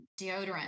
deodorant